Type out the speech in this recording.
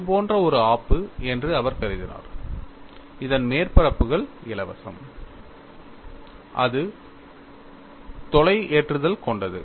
இது போன்ற ஒரு ஆப்பு என்று அவர் கருதினார் அதன் மேற்பரப்புகள் இலவசம் அது தொலை ஏற்றுதல் கொண்டது